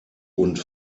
und